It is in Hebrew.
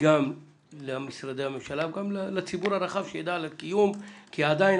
וגם למשרדי הממשלה וגם לציבור הרחב שיידע על הקיום כי עדיין